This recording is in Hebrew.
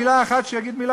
מילה אחת כזאת שיגיד,